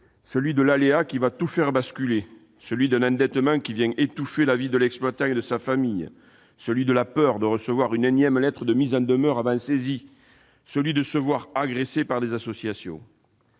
plus, de l'aléa qui fait tout basculer, d'un endettement qui étouffe la vie de l'exploitant et de sa famille, de la peur de recevoir une énième lettre de mise en demeure avant saisie ou de se voir agresser par des associations,